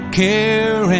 care